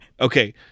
Okay